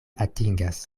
atingas